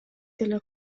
деле